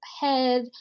head